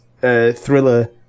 thriller